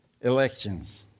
elections